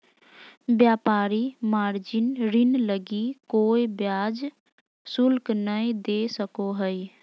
व्यापारी मार्जिन ऋण लगी कोय ब्याज शुल्क नय दे सको हइ